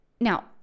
Now